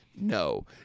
No